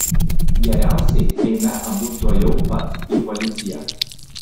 geriausiai eime abu tuojau pat į policiją